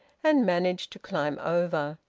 and managed to climb over.